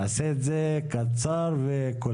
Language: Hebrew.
תעשה את זה קצר וקולע.